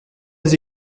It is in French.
les